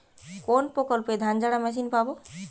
কোনপ্রকল্পে ধানঝাড়া মেশিন পাব?